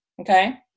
Okay